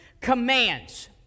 commands